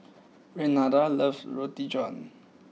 Renada loves Roti John